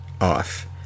off